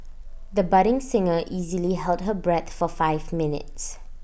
the budding singer easily held her breath for five minutes